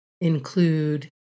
include